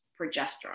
progesterone